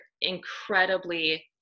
incredibly